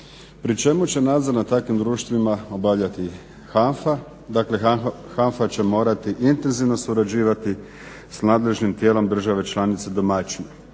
Pri čemu će nadzor nad takvim društvima obavljati HANFA. Dakle, HANFA će morati intenzivno surađivati s nadležnim tijelom države članice domaćina.